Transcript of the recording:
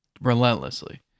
relentlessly